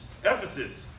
Ephesus